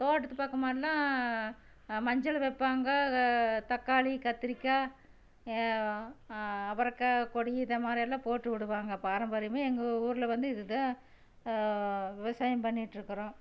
தோட்டத்து பக்கமாக இருந்தா மஞ்சள் வைப்பாங்க தக்காளி கத்திரிக்காய் அவரக்காய் கொடி இதை மாதிரி எல்லா போட்டு விடுவாங்க பாரம்பரியமே எங்கள் ஊரில் வந்து இது தான் விவசாயம் பண்ணிட்டுயிருக்குறோம்